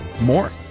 more